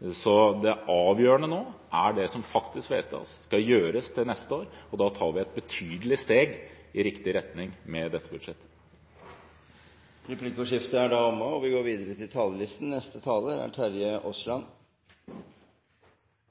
Det avgjørende nå er det som faktisk vedtas, som skal gjøres til neste år, og da tar vi et betydelig steg i riktig retning med dette budsjettet. Replikkordskiftet er over. For Arbeiderpartiet er et samfunn med små forskjeller og store muligheter for den enkelte et mål. Dessverre ser vi